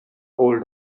old